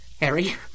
Harry